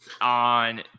on